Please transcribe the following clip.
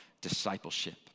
discipleship